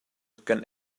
kan